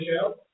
Show